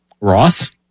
Ross